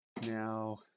now